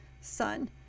son